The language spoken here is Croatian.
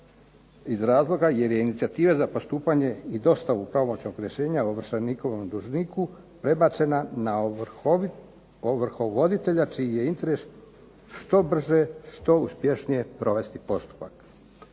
iz razloga jer je inicijativa za postupanje i dostavu pravomoćnog rješenja ovršenikovom dužniku prebačena na ovrhovoditelja čiji je interes što brže, što uspješnije provesti postupak.